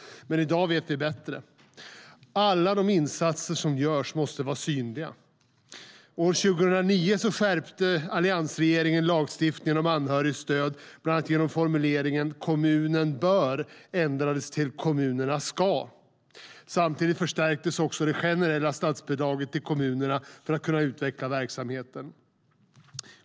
I dag vet vi bättre. Alla de insatser som görs måste vara synliga. År 2009 skärpte alliansregeringen lagstiftningen om anhörigstöd, bland annat genom att formuleringen "kommunerna bör" ändrades till "kommunerna ska". Samtidigt förstärktes det generella statsbidraget till kommunerna för att kunna utveckla verksamheten.